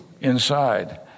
inside